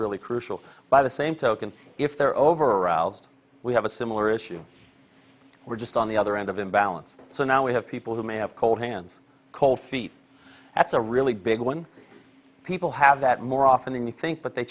really crucial by the same token if they're over aroused we have a similar issue we're just on the other end of imbalance so now we have people who may have cold hands cold feet that's a really big when people have that more often than you think but they